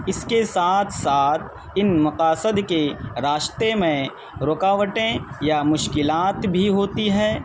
اس کے ساتھ ساتھ ان مقاصد کے راستے میں رکاوٹیں یا مشکلات بھی ہوتی ہے